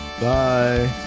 Bye